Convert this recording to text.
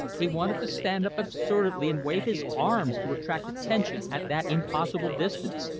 he wanted to stand up absurdly and wave his arms to attract attention at that impossible distance.